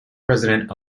president